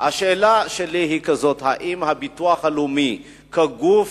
השאלה שלי כזאת: האם הביטוח הלאומי, כגוף,